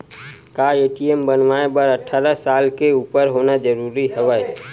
का ए.टी.एम बनवाय बर अट्ठारह साल के उपर होना जरूरी हवय?